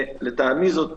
לטעמי זאת